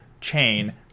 chain